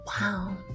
Wow